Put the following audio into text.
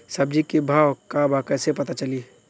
सब्जी के भाव का बा कैसे पता चली?